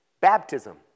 Baptism